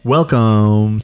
Welcome